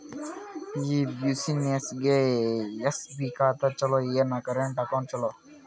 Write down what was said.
ಈ ಬ್ಯುಸಿನೆಸ್ಗೆ ಎಸ್.ಬಿ ಖಾತ ಚಲೋ ಏನು, ಕರೆಂಟ್ ಅಕೌಂಟ್ ಚಲೋ?